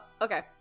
Okay